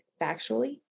factually